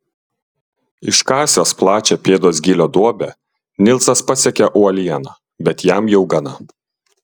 iškasęs plačią pėdos gylio duobę nilsas pasiekia uolieną bet jam jau gana